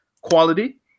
quality